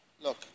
Look